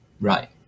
Right